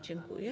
Dziękuję.